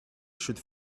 should